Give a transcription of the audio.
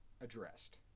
addressed